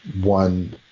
one